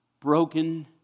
Broken